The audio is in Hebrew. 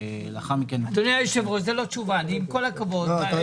אדוני היושב-ראש, זה לא תשובה, עם כל הכבוד.